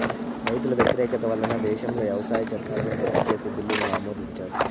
రైతుల వ్యతిరేకత వలన దేశంలో వ్యవసాయ చట్టాలను రద్దు చేసే బిల్లును ఆమోదించారు